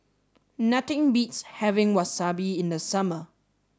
nothing beats having Wasabi in the summer